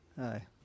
Hi